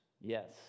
Yes